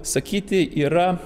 sakyti yra